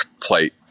plate